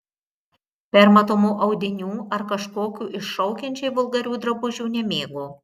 permatomų audinių ar kažkokių iššaukiančiai vulgarių drabužių nemėgo